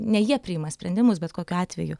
ne jie priima sprendimus bet kokiu atveju